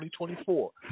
2024